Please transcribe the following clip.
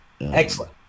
Excellent